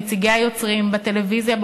נציגי היוצרים בטלוויזיה,